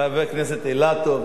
חבר הכנסת אילטוב: